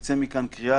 שתצא מכאן קריאה,